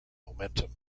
momentum